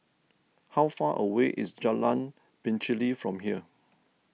how far away is Jalan Pacheli from here